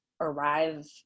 arrive